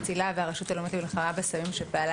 מציל"ה והרשות הלאומית במלחמה בסמים שפעלה